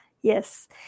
yes